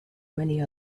many